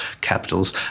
capitals